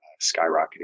skyrocketing